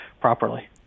properly